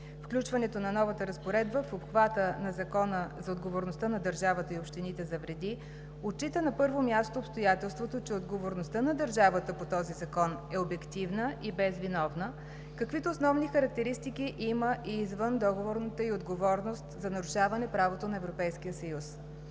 Включването на новата разпоредба в обхвата на Закона за отговорността на държавата и общините за вреди отчита на първо място обстоятелството, че отговорността на държавата по този закон е обективна и безвиновна, каквито основни характеристики има и извъндоговорната ѝ отговорност за нарушаване правото на Европейския съюз.